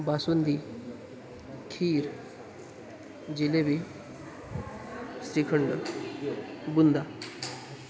basundi kheer jalebi shrikhand बुंदा